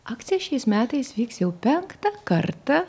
akcija šiais metais vyks jau penktą kartą